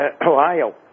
Ohio